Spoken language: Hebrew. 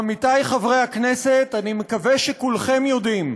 עמיתי חברי הכנסת, אני מקווה שכולכם יודעים: